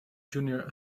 junior